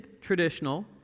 traditional